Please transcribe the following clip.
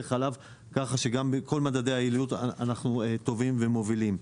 חלב כך שגם בכל ממדי היעילות אנחנו טובים ומובילים.